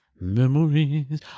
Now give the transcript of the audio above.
memories